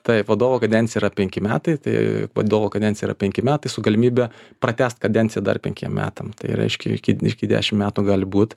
taip vadovo kadencija yra penki metai tai vadovo kadencija yra penki metai su galimybe pratęst kadenciją dar penkiem metam tai reiškia jog iki dešim metų gali būt